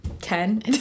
Ten